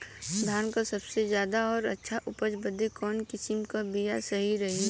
धान क सबसे ज्यादा और अच्छा उपज बदे कवन किसीम क बिया सही रही?